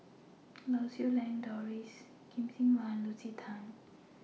Lau Siew Lang Doris Lim Kim San and Lucy Tan